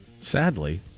Sadly